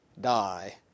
die